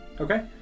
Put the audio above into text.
Okay